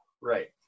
Right